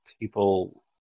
people